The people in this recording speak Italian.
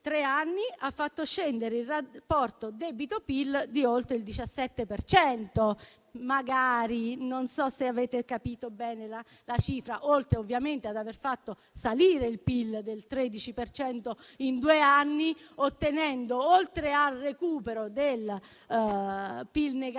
ha fatto scendere il rapporto debito-PIL di oltre il 17 per cento - non so se avete capito bene la cifra - oltre ovviamente ad aver fatto salire il PIL del 13 per cento in due anni, ottenendo, oltre al recupero del PIL negativo